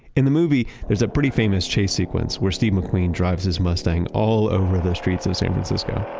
in the movie, there's a pretty famous chase sequence, where steve mcqueen drives his mustang all over the streets of san francisco